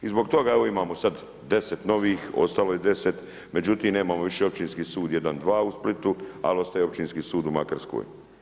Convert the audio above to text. I zbog toga evo sad imamo 10 novih, ostalo je 10, međutim nemamo više općinski 1, 2 u Splitu, ali ostaje Općinski sud u Makarskoj.